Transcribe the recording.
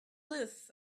live